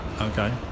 Okay